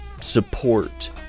support